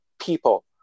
people